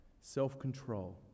self-control